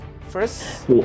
First